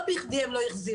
לא בכדי הם לא החזירו,